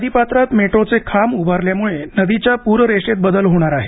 नदीपात्रात मेट्रोचे खांब उभारल्यामुळे नदीच्या प्ररेषेत बदल होणार आहे